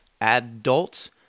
adult